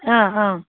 অঁ অঁ